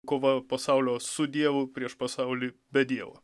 kova pasaulio su dievu prieš pasaulį be dievo